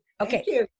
Okay